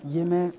ये मैं